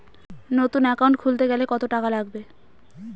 নতুন একাউন্ট খুলতে গেলে কত টাকা লাগবে?